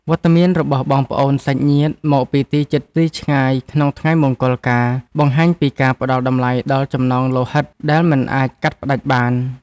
វត្តមានរបស់បងប្អូនសាច់ញាតិមកពីទីជិតទីឆ្ងាយក្នុងថ្ងៃមង្គលការ បង្ហាញពីការផ្តល់តម្លៃដល់ចំណងលោហិតដែលមិនអាចកាត់ផ្តាច់បាន។